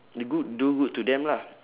the good do good to them lah